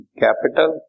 capital